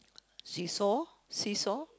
seesaw seesaw